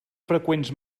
freqüents